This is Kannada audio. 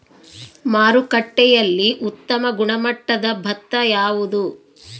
ಮಾರುಕಟ್ಟೆಯಲ್ಲಿ ಉತ್ತಮ ಗುಣಮಟ್ಟದ ಭತ್ತ ಯಾವುದು?